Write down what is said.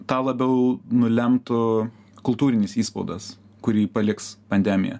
tą labiau nulemtų kultūrinis įspaudas kurį paliks pandemija